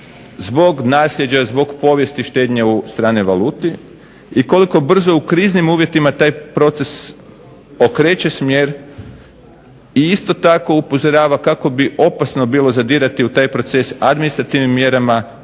Zbog nasljeđa, zbog povijesti štednje u stranoj valuti i koliko brzo u kriznim uvjetima taj proces okreće smjer i isto tako upozorava kako bi opasno bilo zadirati u taj proces administrativnim mjerama